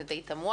וזה די תמוה.